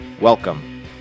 Welcome